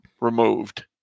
removed